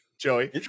joey